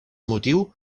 motiu